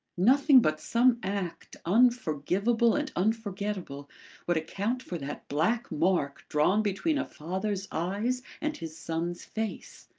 nothing but some act, unforgivable and unforgettable would account for that black mark drawn between a father's eyes and his son's face.